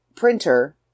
printer